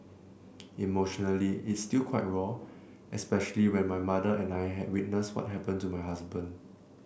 emotionally it's still quite raw especially when my mother and I had witness what happen to my husband